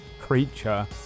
creature